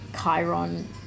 Chiron